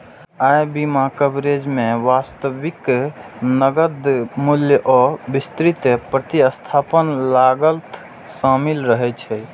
अय बीमा कवरेज मे वास्तविक नकद मूल्य आ विस्तृत प्रतिस्थापन लागत शामिल रहै छै